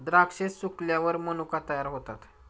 द्राक्षे सुकल्यावर मनुका तयार होतात